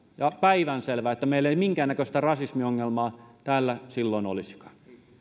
ja päivänselvää että meillä ei minkäännäköistä rasismiongelmaa täällä silloin olisikaan